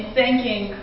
thanking